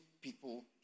people